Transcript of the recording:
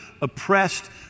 oppressed